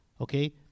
okay